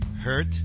hurt